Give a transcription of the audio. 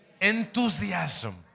enthusiasm